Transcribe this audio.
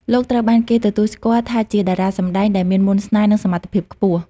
លោកត្រូវបានគេទទួលស្គាល់ថាជាតារាសម្ដែងដែលមានមន្តស្នេហ៍និងសមត្ថភាពខ្ពស់។